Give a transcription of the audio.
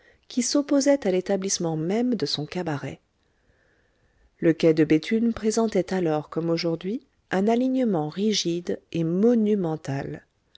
qui s'opposaient à l'établissement même de son cabaret le quai de béthune présentait alors comme aujourd'hui un alignement rigide et monumental